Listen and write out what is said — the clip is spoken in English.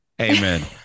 amen